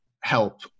help